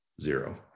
zero